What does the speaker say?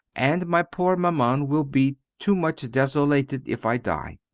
and my poor maman will be to much desolated if i die.